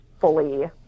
fully